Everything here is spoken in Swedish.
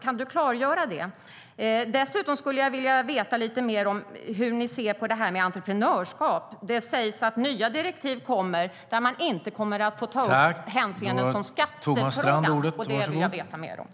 Jag skulle dessutom vilja veta lite mer om hur ni ser på entreprenörskap. Det sägs att det kommer nya direktiv där man inte kommer att ta upp skattefrågan. Det vill jag veta mer om.